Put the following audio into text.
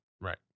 Right